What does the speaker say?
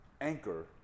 anchor